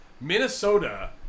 Minnesota